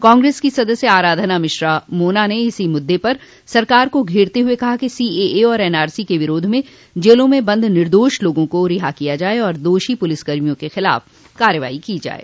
कांग्रेस की सदस्य आराधना मिश्रा मोना ने इसी मुद्दे पर सरकार को घेरते हुए कहा कि सीएए और एनआरसी क विरोध में जेलों में बंद निर्दोष लोगों को रिहा किया जाये तथा दोषी पुलिसकर्मियों के ख़िलाफ़ कार्रवाई की जाये